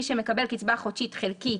מי שמקבל קצבה חודשית חלקית